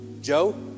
Joe